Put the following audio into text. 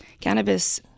Cannabis